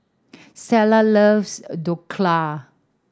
Stella loves Dhokla